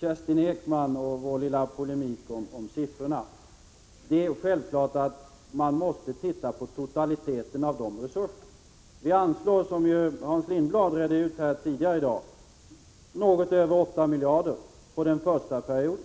Kerstin Ekman och vår lilla polemik om siffrorna. Det är självklart att man måste se på totaliteten beträffande resurserna. Vi anslår, som Hans Lindblad redde ut tidigare i dag, något över 8 miljarder under den första perioden.